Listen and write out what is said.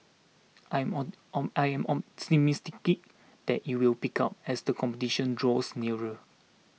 I am on on I am optimistic that it will pick up as the competition draws nearer